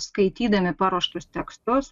skaitydami paruoštus tekstus